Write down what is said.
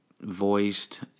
voiced